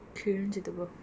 கிளிஞ்சது போ : kilinchathu po